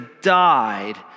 died